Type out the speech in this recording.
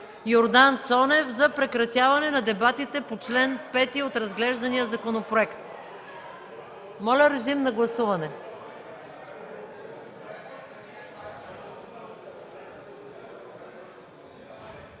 господин Цонев за прекратяване дебатите по чл. 5 от разглеждания законопроект. Моля, режим на гласуване.